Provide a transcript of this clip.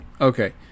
Okay